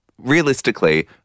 Realistically